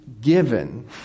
Given